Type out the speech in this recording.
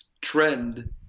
trend